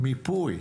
מיפוי.